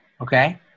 Okay